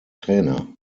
trainer